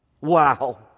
Wow